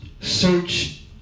search